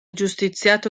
giustiziato